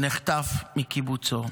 נחטף מקיבוצו,